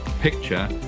picture